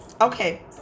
okay